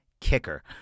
kicker